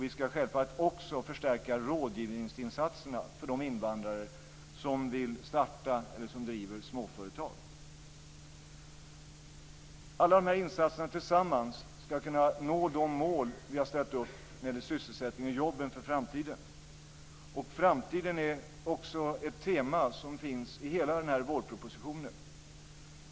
Vi ska självfallet också förstärka rådgivningsinsatserna för de invandrare som vill starta eller som driver småföretag. Alla dessa insatser tillsammans ska kunna göra att vi når de mål vi har ställt upp när det gäller sysselsättningen och jobben för framtiden. Framtiden är också ett tema som finns i hela denna vårproposition.